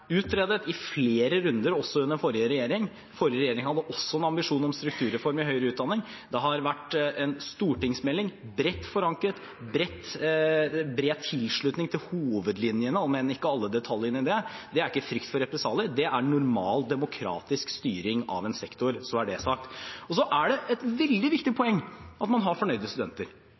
utredet i flere runder, også under den forrige regjeringen. Den forrige regjeringen hadde også en ambisjon om strukturreform i høyere utdanning. Det har vært en stortingsmelding, bredt forankret, med bred tilslutning til hovedlinjene om enn ikke til alle detaljene i det. Det er ikke frykt for represalier. Det er en normal demokratisk styring av en sektor. Så er det sagt. Det er et veldig viktig poeng at man har fornøyde studenter.